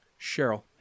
Cheryl